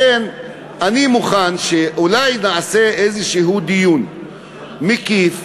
לכן אני מוכן שאולי נעשה איזשהו דיון מקיף